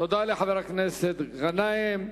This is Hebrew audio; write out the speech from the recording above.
תודה לחבר הכנסת גנאים.